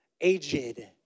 aged